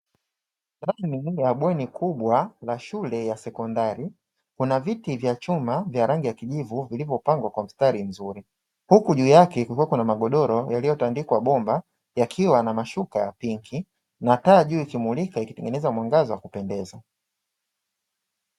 Rafu nyingine ya bweni kubwa la shule ya sekondari kuna viti vya chuma vya rangi ya kijivu vilivyopangwa kwa mstari mzuri, huku juu yake kukiwa kuna magodoro yaliyotandikwa bomba yakiwa na mashuka ya pinki na taa juu ikimulika ikitengeneza mwangaza wa kupendeza.